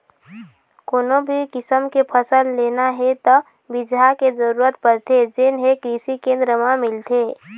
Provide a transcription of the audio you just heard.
कोनो भी किसम के फसल लेना हे त बिजहा के जरूरत परथे जेन हे कृषि केंद्र म मिलथे